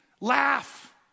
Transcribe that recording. laugh